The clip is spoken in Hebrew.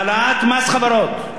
העלאת מס חברות,